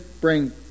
bring